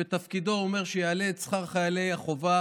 שבתפקידו אומר שהוא יעלה את השכר של חיילי החובה,